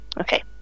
Okay